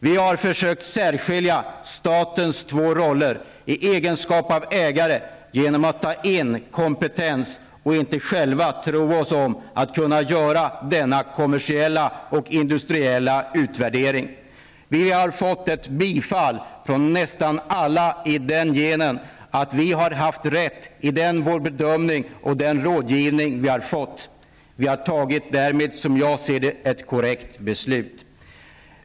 Vi har försökt särskilja statens två roller i egenskap av ägare genom att ta in kompetens och inte själva tro oss om att kunna göra denna kommersiella och industriella utvärdering. Vi har fått bifall från nästan alla i den meningen att vi haft rätt i vår bedömning och när det gäller den rådgivning vi fått. Vi har därmed, som jag ser det, tagit ett korrekt beslut.